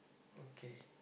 okay